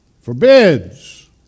forbids